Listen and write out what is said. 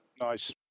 Nice